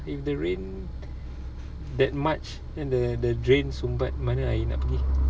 if the rain that much then the drain sumbat mana air nak pergi